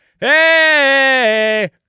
Hey